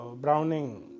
Browning